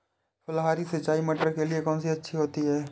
फुहारी सिंचाई मटर के लिए अच्छी होती है?